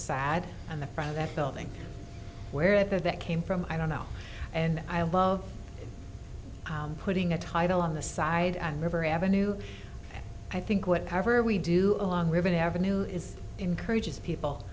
on the front of that building where that came from i don't know and i love putting a title on the side and never ave i think whatever we do along ribbon avenue is encourages people